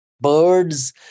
Birds